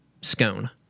scone